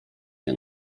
się